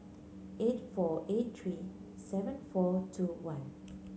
eight four eight three seven four two one